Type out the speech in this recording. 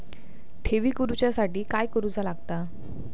ठेवी करूच्या साठी काय करूचा लागता?